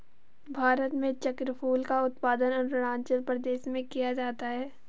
भारत में चक्रफूल का उत्पादन अरूणाचल प्रदेश में किया जाता है